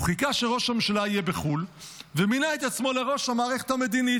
הוא חיכה שראש הממשלה יהיה בחו"ל ומינה את עצמו לראש המערכת המדינית.